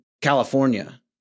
California